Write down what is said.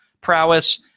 prowess